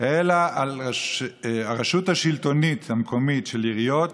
אלא על הרשות השלטונית המקומית, עיריות